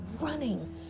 running